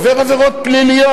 עובר עבירות פליליות,